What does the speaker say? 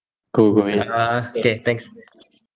CO~ COVID ah K thanks